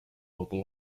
local